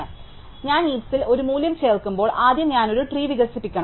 അതിനാൽ ഞാൻ ഹീപ്സിൽ ഒരു മൂല്യം ചേർക്കുമ്പോൾ ആദ്യം ഞാൻ ഒരു ട്രീ വികസിപ്പിക്കണം